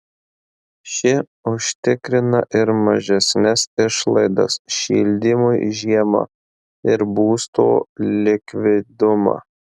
ši užtikrina ir mažesnes išlaidas šildymui žiemą ir būsto likvidumą